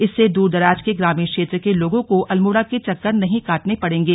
इससे द्ररदराज के ग्रामीण क्षेत्र के लोगों को अल्मोड़ा के चक्कर नहीं काटने पडेंगे